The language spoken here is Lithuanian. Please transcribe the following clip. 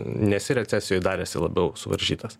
nesi recesijoj dar esi labiau suvaržytas